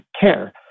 care